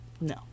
No